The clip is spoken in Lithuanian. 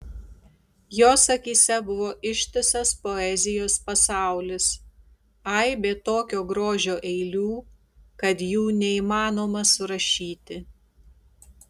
jos akyse buvo ištisas poezijos pasaulis aibė tokio grožio eilių kad jų neįmanoma surašyti